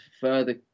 further